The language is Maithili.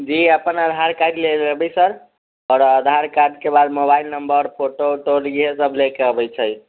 जी अपन आधार कार्ड लेय एबै सर आओर आधार कार्ड के बाद मोबाइल नम्बर फोटो वोटो आओर इएह सब लए के अबै छै